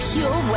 Pure